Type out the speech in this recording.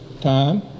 time